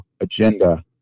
agenda